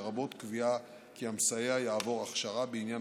לרבות קביעה כי המסייע יעבור הכשרה בעניין